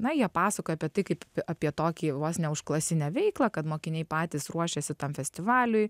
na jie pasakojo apie tai kaip apie tokį vos ne užklasinę veiklą kad mokiniai patys ruošėsi tam festivaliui